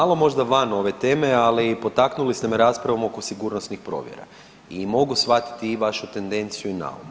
Malo možda van ove teme, ali potaknuli ste me raspravom oko sigurnosnih provjera i mogu shvatiti i vašu tendenciju i naum.